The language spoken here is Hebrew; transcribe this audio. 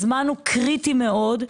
הזמן קריטי מאוד.